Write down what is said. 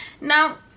now